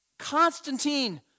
Constantine